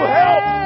help